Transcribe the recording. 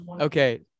Okay